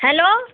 hello